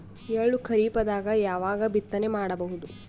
ಎಳ್ಳು ಖರೀಪದಾಗ ಯಾವಗ ಬಿತ್ತನೆ ಮಾಡಬಹುದು?